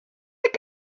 est